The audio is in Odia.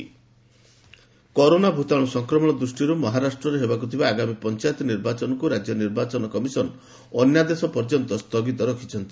ମହାରାଷ୍ଟ୍ର ଲୋକାଲ ବଡ଼ି କରୋନା ଭୂତାଣୁ ସଂକ୍ରମଣ ଦୃଷ୍ଟିରୁ ମହାରାଷ୍ଟ୍ରରେ ହେବାକୁଥିବା ଆଗାମୀ ପଞ୍ଚାୟତ ନିର୍ବାଚନକୁ ରାଜ୍ୟ ନିର୍ବାଚନ କମିଶନ ଅନ୍ୟାଦେଶ ପର୍ଯ୍ୟନ୍ତ ସ୍ଥଗିତ ରଖିଛନ୍ତି